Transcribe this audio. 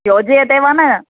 योजयते वा न